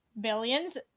billions